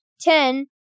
ten